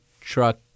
truck